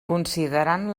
considerant